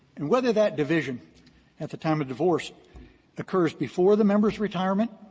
and whether that division at the time of divorce occurs before the member's retirement,